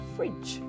Fridge